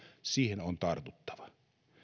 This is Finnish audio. siihen on tartuttava